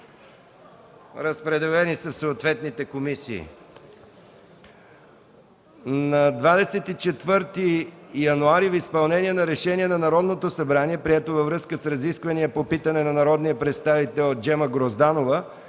Разпределени са на съответните комисии.